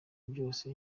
byose